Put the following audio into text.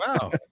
Wow